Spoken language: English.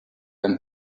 and